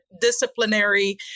disciplinary